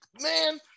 man